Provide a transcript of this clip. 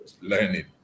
learning